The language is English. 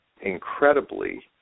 incredibly